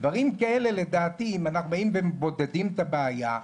דברים כאלה לדעתי אם אנחנו מבודדים את הבעיה.